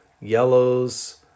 yellows